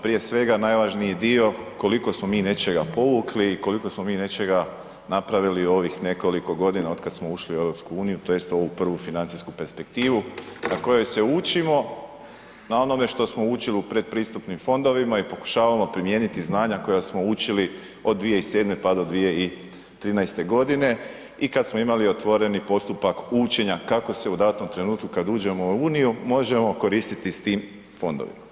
Prije svega, najvažniji dio koliko smo mi nečega povukli i koliko smo mi nečega napravili u ovih nekoliko godina otkad smo ušli u EU, tj. ovu prvu financijsku perspektivu na kojoj se učimo na onome što smo učili u predpristupnim fondovima i pokušavamo primijeniti znanja koja smo učili od 2007. pa do 2013. g. i kad smo imali otvoreni postupak učenja kako se u datom trenutku kad uđemo u Uniju, možemo koristiti s tim fondovima.